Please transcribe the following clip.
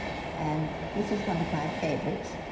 and this is one of my favourites,